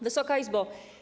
Wysoka Izbo!